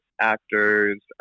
actors